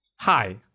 hi